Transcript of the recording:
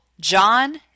John